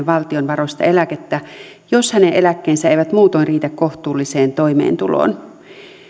valtion varoista eläkettä jos hänen eläkkeensä eivät muutoin riitä kohtuulliseen toimeentuloon